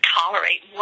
tolerate